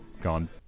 gone